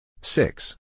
Six